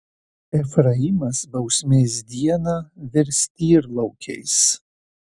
efraimas bausmės dieną virs tyrlaukiais